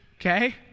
Okay